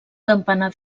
campanar